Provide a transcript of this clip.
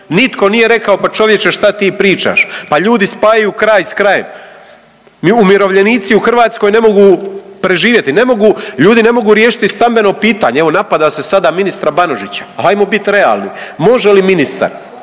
nitko nije rekao pa čovječe šta ti pričaš, pa ljudi spajaju kraj s krajem. Umirovljenici u Hrvatskoj ne mogu preživjeti, ljudi ne mogu riješiti stambeno pitanje, evo napada se sada ministra Banožića. Ajmo bih realni, može li ministar,